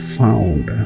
found